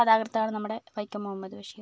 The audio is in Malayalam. കഥാകൃത്ത് ആണ് നമ്മുടെ വൈക്കം മുഹമ്മദ് ബഷീർ